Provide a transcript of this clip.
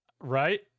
Right